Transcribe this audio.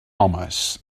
homes